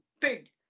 big